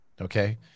okay